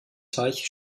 teich